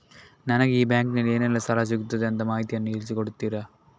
ನನಗೆ ಈ ಬ್ಯಾಂಕಿನಲ್ಲಿ ಏನೆಲ್ಲಾ ಸಾಲ ಸಿಗುತ್ತದೆ ಅಂತ ಮಾಹಿತಿಯನ್ನು ತಿಳಿಸಿ ಕೊಡುತ್ತೀರಾ?